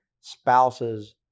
spouse's